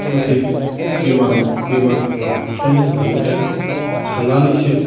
फोथै बेमाराव बेमारफोराव खोख्लैयो होननानैहाय साननानैसो